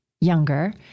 younger